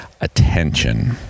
attention